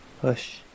push